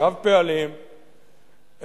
רב-פעלים,